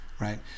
right